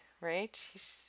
right